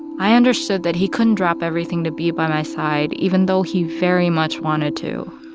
i understood that he couldn't drop everything to be by my side, even though he very much wanted to.